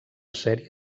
sèrie